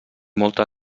molta